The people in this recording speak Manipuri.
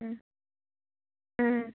ꯎꯝ ꯎꯝ